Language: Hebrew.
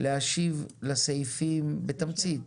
להשיב לסעיפים בתמצית,